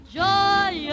joy